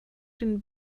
den